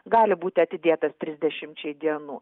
gali būti atidėtas trisdešimčiai dienų